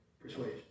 persuasion